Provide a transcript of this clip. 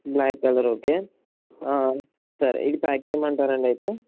black colour okay సరే ఇది pack చేయమంటారా అండి అయితే